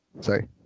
sorry